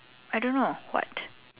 I don't know what